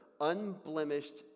unblemished